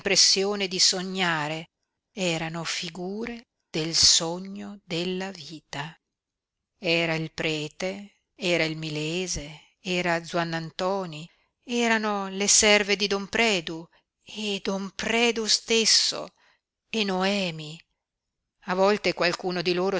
l'impressione di sognare erano figure del sogno della vita era il prete era il milese era zuannantoni erano le serve di don predu e don predu stesso e noemi a volte qualcuno di loro